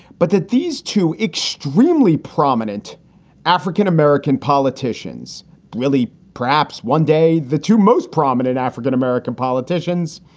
but that these two extremely prominent african-american politicians really perhaps one day the two most prominent african-american politicians,